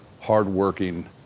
hardworking